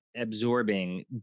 absorbing